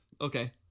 Okay